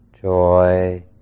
joy